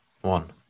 One